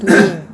eh